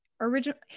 Original